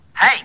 Hey